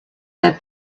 their